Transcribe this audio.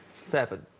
seven